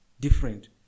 different